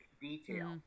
detail